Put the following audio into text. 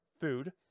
food